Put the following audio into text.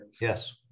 yes